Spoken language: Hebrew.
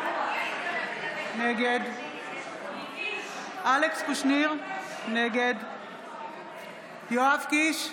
נגד אלכס קושניר, נגד יואב קיש,